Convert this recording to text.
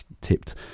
tipped